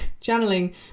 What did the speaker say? channeling